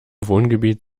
wohngebiet